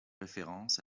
références